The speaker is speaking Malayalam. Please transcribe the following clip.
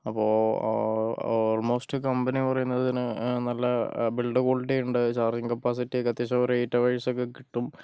അപ്പോൾ ഓൾമോസ്റ്റ് കമ്പനി പറയുന്നത് ഇതിനു നല്ല ബിൽഡ് ക്വാളിറ്റി ഉണ്ട് നല്ല ചാർജിങ് കപ്പാസിറ്റി ഒക്കെ അത്യാവശ്യം ഒരു എയ്റ്റ് അവേർസൊക്കെ കിട്ടും